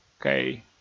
okay